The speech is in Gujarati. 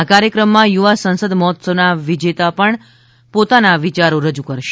આ કાર્યક્રમમાં યુવા સંસદ મહોત્સવના વિજેતો પણ પોતાના વિચારો દર્શાવશે